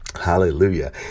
hallelujah